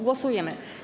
Głosujemy.